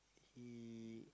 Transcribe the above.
he